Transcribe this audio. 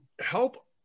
help